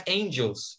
angels